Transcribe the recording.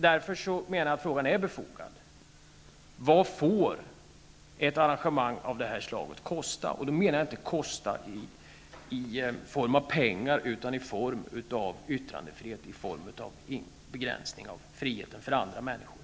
Därför menar jag att frågan är befogad: Vad får ett arrangemang av detta slag kosta? Jag menar då inte kostnader i form av pengar, utan i form av yttrandefrihet, begränsning av friheten för andra människor.